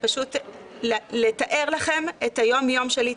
פשוט לתאר לכם את היום-יום שלי,